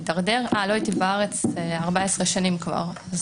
לא הייתי בארץ 14 שנים כבר.